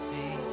See